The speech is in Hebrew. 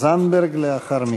זנדברג לאחר מכן.